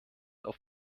auf